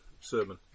sermon